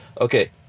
Okay